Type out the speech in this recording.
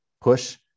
push